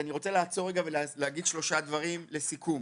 אז רוצה לעצור רגע, ולהגיד שלושה דברים לסיכום.